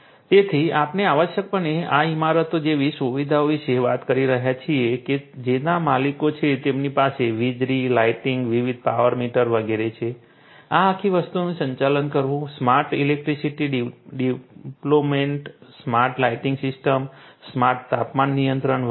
તેથી આપણે આવશ્યકપણે આ ઇમારતો જેવી સુવિધાઓ વિશે વાત કરી રહ્યા છીએ કે જેના માલિકો છે તેમની પાસે વીજળી લાઇટિંગ વિવિધ પાવર મીટર વગેરે છે આ આખી વસ્તુનું સંચાલન કરવું smart electricity deployment smart lighting systems smart તાપમાન નિયંત્રણ વગેરે